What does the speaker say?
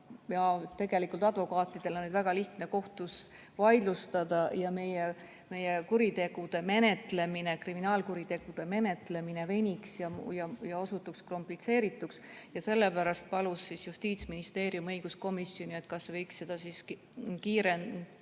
ja tegelikult advokaatidel on seda väga lihtne kohtus vaidlustada ja meie kuritegude, kriminaalkuritegude menetlemine veniks ja osutuks komplitseerituks. Sellepärast palus Justiitsministeerium õiguskomisjoni, kas võiks seda siiski kiiremas